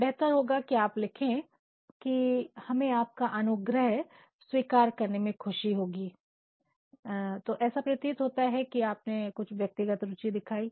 बेहतर होगा कि आप लिखे हैं ' कि हमें आपका अनुग्रह स्वीकार करने में खुशी होगी' ऐसा प्रतीत होता है कि आपने कुछ व्यक्तिगत रुचि दिखाइ